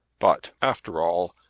but, after all,